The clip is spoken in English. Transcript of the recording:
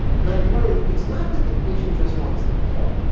and i've learned it's not that the patient just wants the pill,